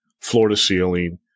floor-to-ceiling